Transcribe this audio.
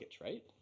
right